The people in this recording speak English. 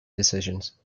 decisions